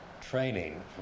training